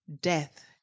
Death